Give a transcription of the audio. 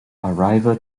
arriva